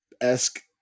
esque